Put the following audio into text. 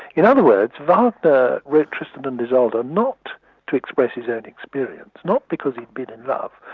in other words, wagner wrote tristan and isolde not to express his own experience, not because he'd been in love,